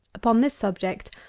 upon this subject,